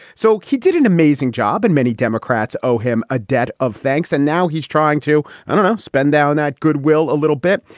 so he did an amazing job. and many democrats owe him a debt of thanks. and now he's trying to, i don't know, spend down that goodwill a little bit.